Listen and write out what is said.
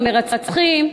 המרצחים,